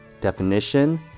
Definition